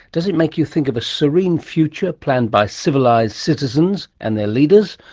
does it make you think of a serene future planned by civilised citizens and their leaders,